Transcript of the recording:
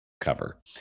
cover